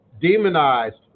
Demonized